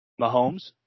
Mahomes